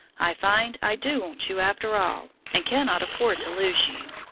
i find i do want you after all, and cannot afford to lose you.